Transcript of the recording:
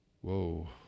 whoa